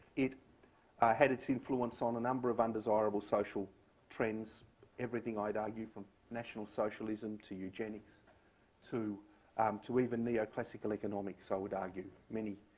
it had its influence on a number of undesirable social trends everything, i'd argue, from national socialism to eugenics to um to even neoclassical economics, i would argue. many,